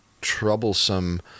troublesome